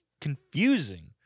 confusing